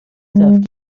تفکیک